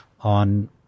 on